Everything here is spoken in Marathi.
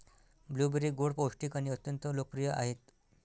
ब्लूबेरी गोड, पौष्टिक आणि अत्यंत लोकप्रिय आहेत